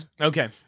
Okay